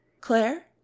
Claire